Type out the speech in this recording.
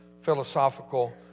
philosophical